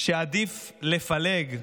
שעדיף לפלג,